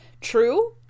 True